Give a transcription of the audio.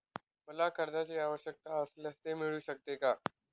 मला कर्जांची आवश्यकता असल्यास ते मिळू शकते का?